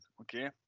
Okay